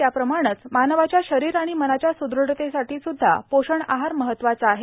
त्याप्रमाणं मानवाच्या शरीर आणि मनाच्या सुदृढतेसाठी सुद्धा पोषण आहार महत्वाचा आहे